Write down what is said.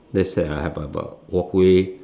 let's have a walkway